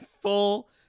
Full